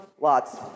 lots